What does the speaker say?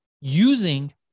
using